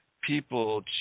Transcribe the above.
people